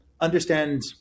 Understand